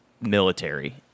military